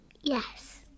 Yes